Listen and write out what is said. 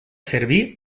servir